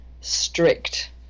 strict